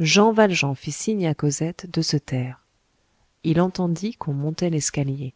jean valjean fit signe à cosette de se taire il entendit qu'on montait l'escalier